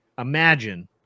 Imagine